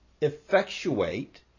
effectuate